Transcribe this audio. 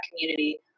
community